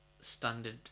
standard